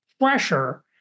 pressure